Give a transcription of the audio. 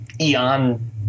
eon